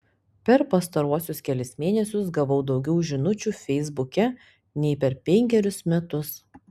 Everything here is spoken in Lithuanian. per pastaruosius kelis mėnesius gavau daugiau žinučių feisbuke nei per penkerius metus